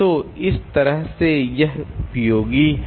तो इस तरह से यह उपयोगी है